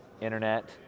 internet